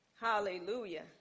hallelujah